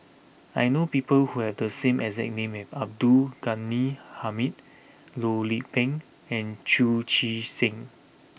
I know people who have the same exact name as Abdul Ghani Hamid Loh Lik Peng and Chu Chee Seng